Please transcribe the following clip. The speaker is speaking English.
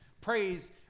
Praise